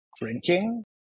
drinking